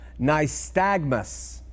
nystagmus